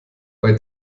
bei